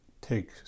take